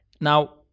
Now